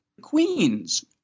queens